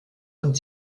und